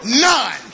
None